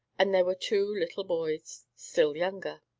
and there were two little boys still younger.